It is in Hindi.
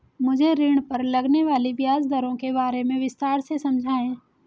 मुझे ऋण पर लगने वाली ब्याज दरों के बारे में विस्तार से समझाएं